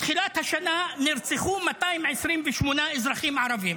מתחילת השנה נרצחו 228 אזרחים ערבים,